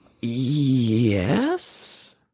Yes